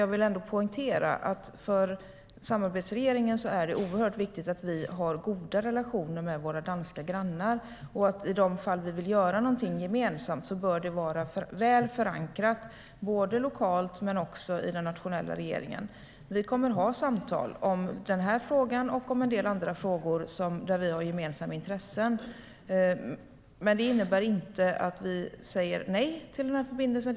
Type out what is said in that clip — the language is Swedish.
Jag vill ändå poängtera att det för samarbetsregeringen är oerhört viktigt att vi har goda relationer med våra danska grannar, och i de fall vi vill göra någonting gemensamt bör det vara väl förankrat både lokalt och i den nationella regeringen. Vi kommer att ha samtal om den här frågan och om en del andra frågor där vi har gemensamma intressen. Det innebär inte att vi säger nej till denna förbindelse.